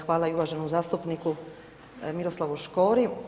Hvala i uvaženom zastupniku Miroslavu Škori.